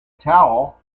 towel